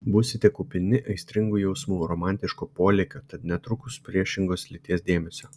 būsite kupini aistringų jausmų romantiško polėkio tad netrūks priešingos lyties dėmesio